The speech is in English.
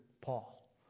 Paul